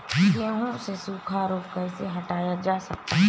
गेहूँ से सूखा रोग कैसे हटाया जा सकता है?